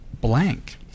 blank